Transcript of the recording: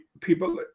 people